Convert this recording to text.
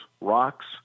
rocks